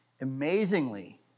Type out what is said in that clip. Amazingly